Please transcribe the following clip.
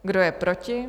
Kdo je proti?